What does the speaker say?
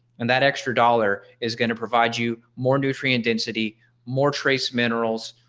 and that extra dollar is going to provide you more nutrient density more trace minerals.